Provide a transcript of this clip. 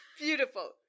Beautiful